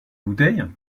bouteille